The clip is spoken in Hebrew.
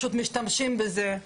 פשוט משתמשים בזה,